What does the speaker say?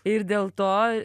ir dėl to